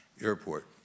airport